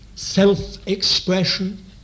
self-expression